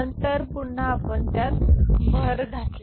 नंतर पुन्हा आपण त्यात भर घाला